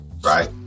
right